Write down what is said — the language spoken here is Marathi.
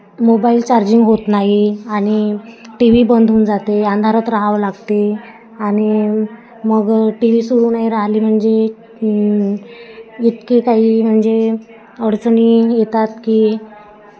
मोबाईल चार्जिंग होत नाही आणि टी व्ही बंद होऊन जाते अंधारात राहावं लागते आणि मग टी व्ही सुरू नाही राहिली म्हणजे इतके काही म्हणजे अडचणी येतात की